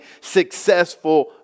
successful